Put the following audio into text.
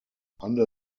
under